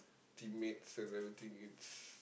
teammates and everything it's